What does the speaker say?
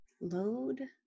Load